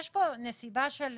יש כאן נסיבה של